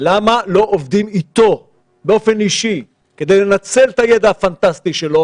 למה לא עובדים אתו באופן אישי כדי לנצל את הידע הפנטסטי שלו,